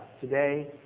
today